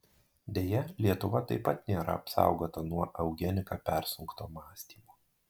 deja lietuva taip pat nėra apsaugota nuo eugenika persunkto mąstymo